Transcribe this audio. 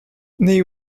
they